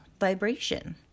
vibration